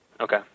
Okay